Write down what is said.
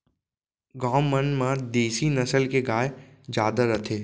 गॉँव मन म देसी नसल के गाय जादा रथे